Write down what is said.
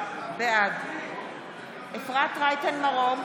בעד אפרת רייטן מרום,